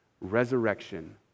resurrection